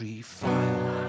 file